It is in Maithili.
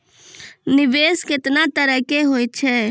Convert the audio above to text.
निवेश केतना तरह के होय छै?